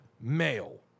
male